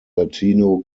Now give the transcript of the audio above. latino